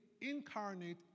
incarnate